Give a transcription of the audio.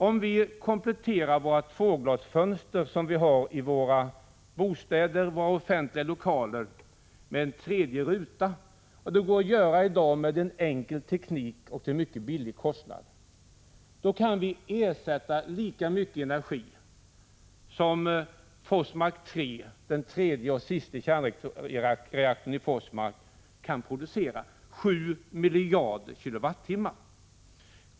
Om vi kompletterar de tvåglasfönster som vi har i våra bostäder och offentliga lokaler med en tredje ruta — det kan i dag göras med enkel teknik och till billig kostnad — kan vi ersätta lika mycket energi som Forsmark 3, den tredje och sista kärnkraftsreaktorn i Forsmark, kan producera, dvs. 7 miljarder kWh.